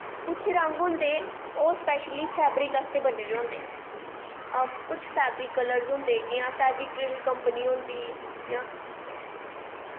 कुछ रंग होंदा ओह् स्पैशली फैबरिक आस्तै बने दे होंदे कुछ फैबरिक कल्लर होंदे जियां फैबरिक्रल कंपनी होंदी जां